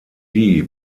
lee